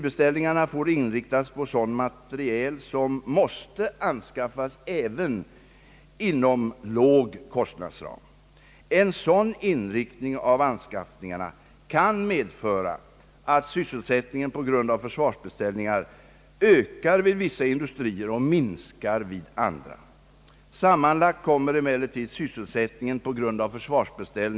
Jag vill fästa uppmärksamheten på att förra årets riksdag på motsvarande sätt godkände kostnaderna för budgetåren 1965 72. Även dessa ramar avsåg alltså tiden efter utgången av nu gällande försvarsbeslut. De godkändes också av riksdagen och tjänar nu till ledning för planeringen. Det är sålunda ingen nyhet som föreslås.